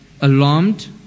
alarmed